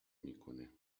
میکنه